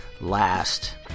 last